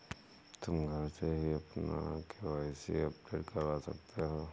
तुम घर से ही अपना के.वाई.सी अपडेट करवा सकते हो